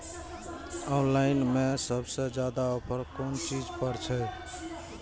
Online में सबसे ज्यादा ऑफर कोन चीज पर छे?